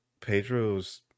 Pedro's